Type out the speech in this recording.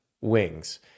wings